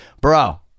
bro